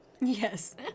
yes